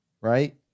right